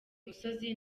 musozi